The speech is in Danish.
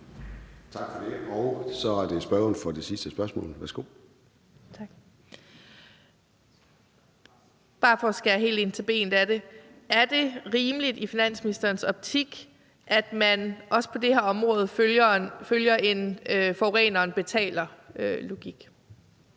Tak for det. Og så er det spørgeren for det sidste spørgsmål. Kl. 13:07 Lisbeth Bech-Nielsen (SF): Bare for at skære helt ind til benet af det: Er det rimeligt i finansministerens optik, at man også på det her område følger en forureneren betaler-logik?